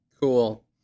Cool